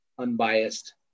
unbiased